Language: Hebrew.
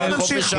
אנחנו נמשיך.